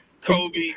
Kobe